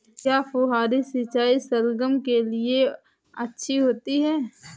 क्या फुहारी सिंचाई शलगम के लिए अच्छी होती है?